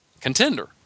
contender